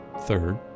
Third